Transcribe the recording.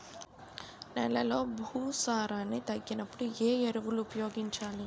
నెలలో భూసారాన్ని తగ్గినప్పుడు, ఏ ఎరువులు ఉపయోగించాలి?